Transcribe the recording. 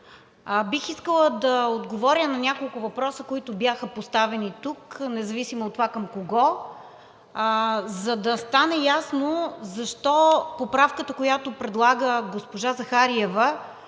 бих искала да отговоря на няколко въпроса, които тук бяха поставени, независимо от това към кого, за да стане ясно защо поправката, която предлага госпожа Захариева,